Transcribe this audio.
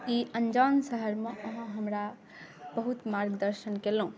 ई अनजान शहरमे अहाँ हमरा बहुत मार्गदर्शन केलहुँ